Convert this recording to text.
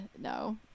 no